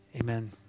amen